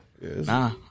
Nah